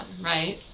right